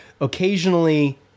occasionally